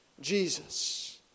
jesus